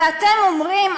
ואתם אומרים,